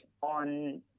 on